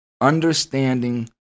understanding